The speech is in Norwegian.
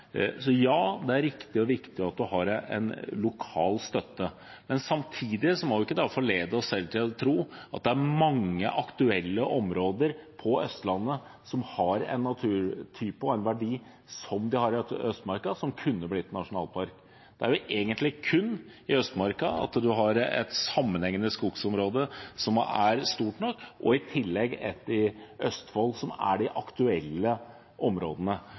Ja, det er riktig og viktig at en har en lokal støtte, men samtidig må vi ikke da forlede oss selv til å tro at det er mange aktuelle områder på Østlandet som har en naturtype og verdi som de har i Østmarka, som kunne blitt nasjonalpark. Det er jo egentlig kun i Østmarka at en har et sammenhengende skogsområde som er stort nok, og i tillegg ett i Østfold. Det er disse som er de aktuelle områdene,